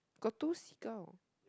got two seagull